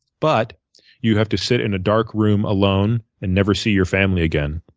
but you have to sit in a dark room, alone, and never see your family again.